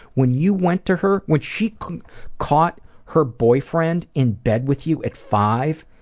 when you went to her, when she caught caught her boyfriend in bed with you at five,